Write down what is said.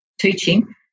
teaching